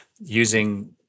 using